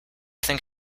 think